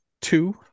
Two